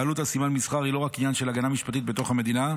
בעלות על סימן מסחר היא לא רק עניין של הגנה משפטית בתוך המדינה,